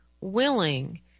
willing